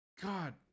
God